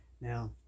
Now